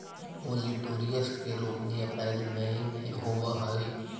olitorius के रोपनी अप्रेल मई में होवऽ हई